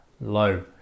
low